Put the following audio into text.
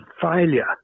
failure